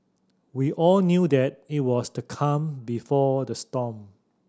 we all knew that it was the calm before the storm